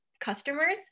customers